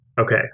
Okay